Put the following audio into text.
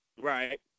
right